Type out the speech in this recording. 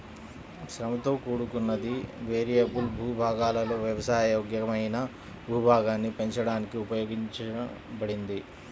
శ్రమతో కూడుకున్నది, వేరియబుల్ భూభాగాలలో వ్యవసాయ యోగ్యమైన భూభాగాన్ని పెంచడానికి ఉపయోగించబడింది